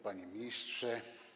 Panie Ministrze!